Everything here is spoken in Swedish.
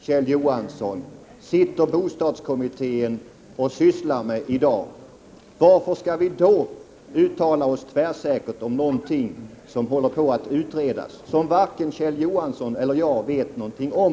Herr talman! Precis den frågan, Kjell Johansson, arbetar bostadskommittén med i dag. Varför skall vi uttala oss tvärsäkert om något som man håller på att utreda och som ännu varken Kjell Johansson eller jag vet någonting om?